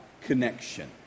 connection